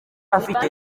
afite